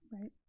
Right